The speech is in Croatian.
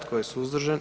Tko je suzdržan?